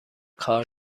کار